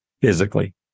physically